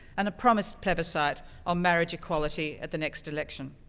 and a promised plebiscite on marriage equality at the next election,